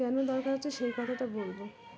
কেন দরকার হচ্ছে সেই কথা টা বলবো